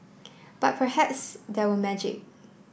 but perhaps there were magic